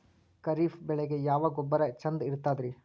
ಖರೀಪ್ ಬೇಳಿಗೆ ಯಾವ ಗೊಬ್ಬರ ಚಂದ್ ಇರತದ್ರಿ?